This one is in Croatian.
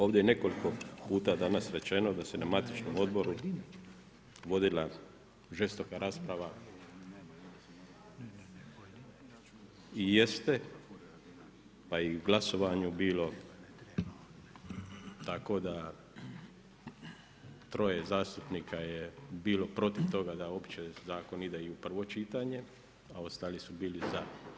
Ovdje je nekoliko puta danas rečeno da su na matičnom odboru vodila žestoka rasprava i jeste pa i glasovanju bilo tako da 3 zastupnika je bilo protiv toga da uopće zakon ide i u prvo čitanje, a ostali su bili za.